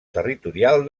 territorial